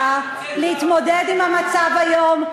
אין עם כזה.